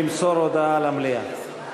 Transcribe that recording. למסור הודעה למליאה.